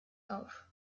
auf